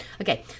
okay